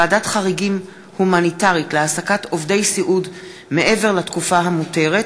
ועדת חריגים הומניטרית להעסקת עובדי סיעוד מעבר לתקופה המותרת),